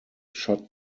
shot